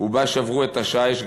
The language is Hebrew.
ובה שברו את השיש.